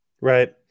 Right